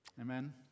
Amen